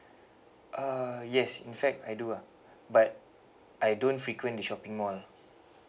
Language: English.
uh yes in fact I do lah but I don't frequent the shopping mall